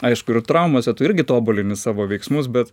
aišku ir traumose tu irgi tobulini savo veiksmus bet